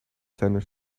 center